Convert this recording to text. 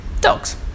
Dogs